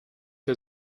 wir